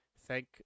Thank